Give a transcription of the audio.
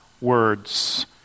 words